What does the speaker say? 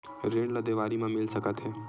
ऋण ला देवारी मा मिल सकत हे